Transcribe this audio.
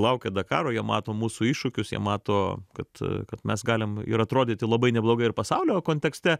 laukia dakaro jie mato mūsų iššūkius jie mato kad kad mes galim ir atrodyti labai neblogai ir pasaulio kontekste